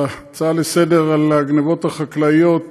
ההצעה לסדר-היום על הגנבות החקלאיות